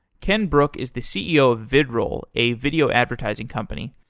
ken brook is the ceo of vidroll, a video advertising company.